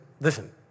Listen